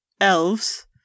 elves